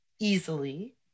easily